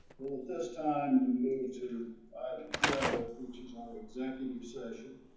well this time me too item twelve which is our executive session